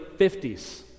50s